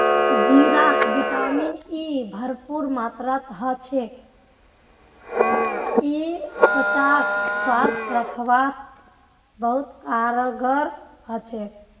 जीरात vitamin E भरपूर मात्रात ह छेक यई त्वचाक स्वस्थ रखवात बहुत कारगर ह छेक